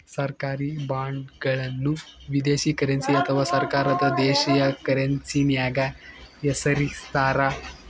ಸರ್ಕಾರಿ ಬಾಂಡ್ಗಳನ್ನು ವಿದೇಶಿ ಕರೆನ್ಸಿ ಅಥವಾ ಸರ್ಕಾರದ ದೇಶೀಯ ಕರೆನ್ಸ್ಯಾಗ ಹೆಸರಿಸ್ತಾರ